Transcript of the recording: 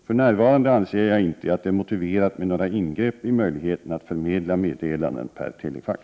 För närvarande anser jag inte att det är motiverat med några ingrepp i möjligheten att förmedla meddelanden per telefax.